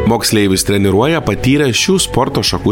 moksleivius treniruoja patyrę šių sporto šakų